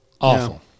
Awful